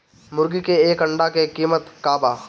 मुर्गी के एक अंडा के कीमत का बा?